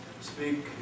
speak